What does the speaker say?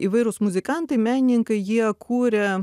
įvairūs muzikantai menininkai jie kūrė